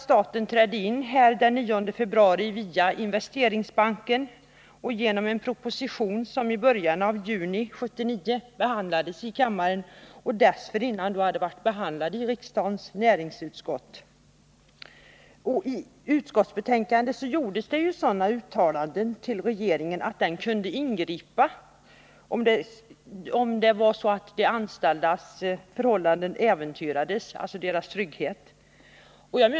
Staten trädde in den 9 februari via Investeringsbanken och genom en proposition som i början av juni 1979 behandlades i kammaren efter att ha blivit behandlad i riksdagens näringsutskott. I utskottsbetänkandet gjordes det sådana uttalanden att regeringen kunde ingripa, om de anställdas trygghet äventyrades.